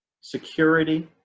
security